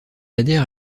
adhère